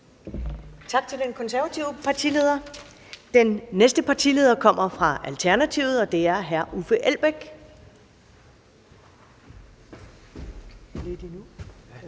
Tak til den konservative partileder. Den næste partileder kommer fra Alternativet, og det er hr. Uffe Elbæk. Kl.